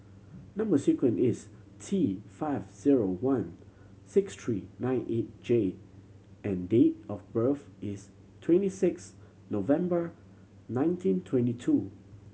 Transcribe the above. number sequence is T five zero one six three nine eight J and date of birth is twenty six November nineteen twenty two